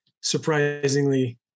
surprisingly